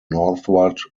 northward